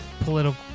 political